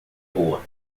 boa